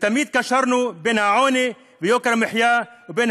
ותמיד קשרנו בין העוני ויוקר המחיה ובין